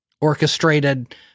orchestrated